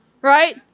Right